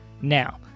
Now